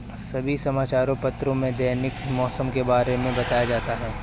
सभी समाचार पत्रों में दैनिक मौसम के बारे में बताया जाता है